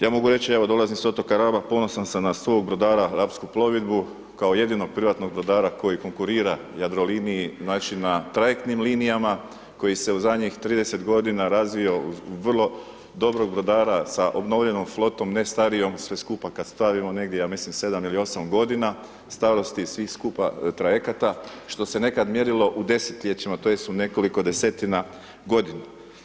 Ja mogu reći, evo, dolazim s otoka Raba, ponosan sam na svog brodara, Rapsku plovidbu, kao jedinog privatnog brodara koji konkurira Jadroliniji, znači, na trajektnim linijama koji se u zadnjih 30 godina razvio u vrlo dobrog brodara sa obnovljenom flotom, ne starijom, sve skupa kad stavimo negdje ja mislim 7 ili 8 godina starosti i svih skupa trajekata, što se nekad mjerilo u desetljećima tj. u nekoliko desetina godina.